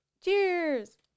Cheers